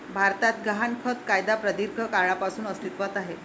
भारतात गहाणखत कायदा प्रदीर्घ काळापासून अस्तित्वात आहे